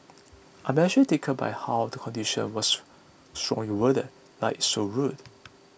I am actually tickled by how the condition was strongly worded like it's so rude